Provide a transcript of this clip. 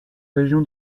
région